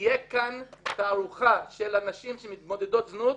תהיה כאן תערוכה של נשים מתמודדות זנות,